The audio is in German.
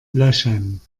löschen